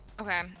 Okay